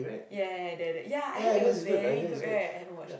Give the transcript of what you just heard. ya ya the the I heard it was very good right I haven't watched it